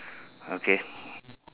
okay